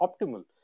optimal